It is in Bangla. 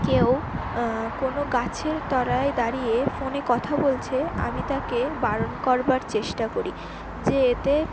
কেউ কোনো গাছের তলায় দাঁড়িয়ে ফোনে কথা বলছে আমি তাকে বারণ করবার চেষ্টা করি যে এতে